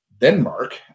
Denmark